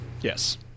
Yes